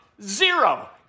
Zero